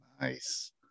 Nice